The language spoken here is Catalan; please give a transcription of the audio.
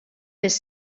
les